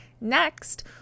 Next